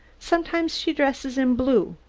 sometimes she dresses in blue?